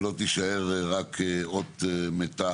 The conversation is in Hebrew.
ולא תישאר אות מתה.